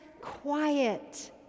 quiet